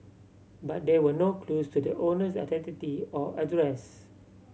but there were no clues to the owner's identity or address